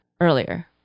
earlier